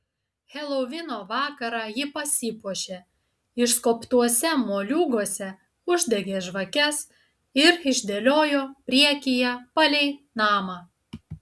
helovino vakarą ji pasipuošė išskobtuose moliūguose uždegė žvakes ir išdėliojo priekyje palei namą